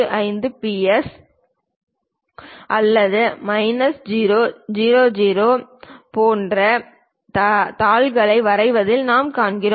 45 plus அல்லது minus 05 00 போன்ற தாள்களை வரைவதில் நாம் பார்க்கிறோம்